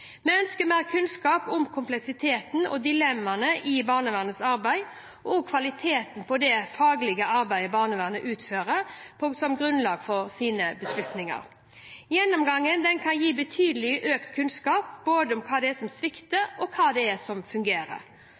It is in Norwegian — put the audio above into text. Vi ønsker mer kunnskap om kompleksiteten og dilemmaene i barnevernets arbeid og kvaliteten på det faglige arbeidet barnevernet utfører som grunnlag for sine beslutninger. Gjennomgangen kan gi betydelig økt kunnskap både om hva som svikter, og hva som fungerer.